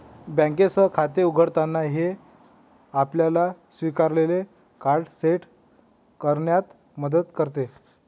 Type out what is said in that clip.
बँकेसह खाते उघडताना, हे आपल्याला स्वीकारलेले कार्ड सेट करण्यात मदत करते